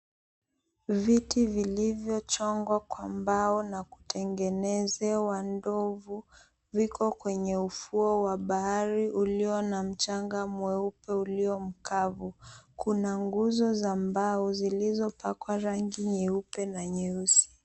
Viti vilivyochongwa kwa mbao na kutengenezewa ndovu viko kwenye ufuo wa bahari ulio na mchanga mweupe ulio mkavu kuna nguzo za mbao zilizopakwa rangi nyeupe na nyeusi.